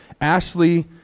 Ashley